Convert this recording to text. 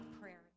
prayer